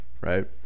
right